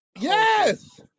Yes